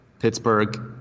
Pittsburgh